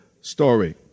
story